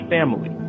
Family